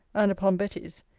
and upon betty's,